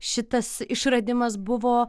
šitas išradimas buvo